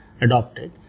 adopted